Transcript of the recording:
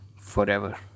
forever